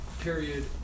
period